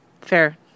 Fair